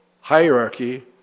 hierarchy